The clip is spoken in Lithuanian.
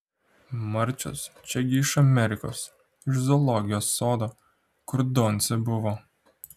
marčius čia gi iš amerikos iš zoologijos sodo kur doncė buvo